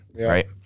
right